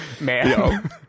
man